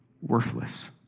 worthless